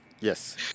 Yes